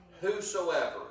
whosoever